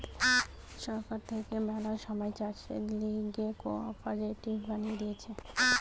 সরকার থাকে ম্যালা সময় চাষের লিগে কোঅপারেটিভ বানিয়ে দিতেছে